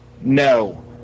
No